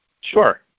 Sure